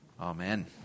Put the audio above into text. amen